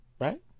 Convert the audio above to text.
Right